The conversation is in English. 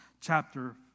chapter